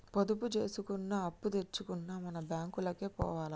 పొదుపు జేసుకున్నా, అప్పుదెచ్చుకున్నా మన బాంకులకే పోవాల